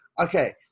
okay